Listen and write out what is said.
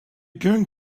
going